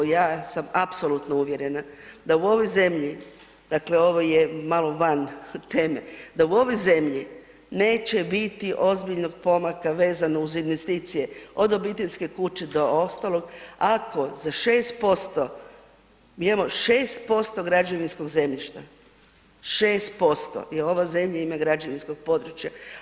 Ja sam apsolutno uvjerena da u ovoj zemlji, dakle ovo je malo van teme, da u ovoj zemlji neće biti ozbiljnog pomaka vezano uz investicije od obiteljske kuće do ostalog ako za 6%, mi imamo 6% građevinskog zemljišta, 6% ova zemlja ima građevinskog područja.